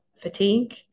fatigue